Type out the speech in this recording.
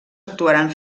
actuaran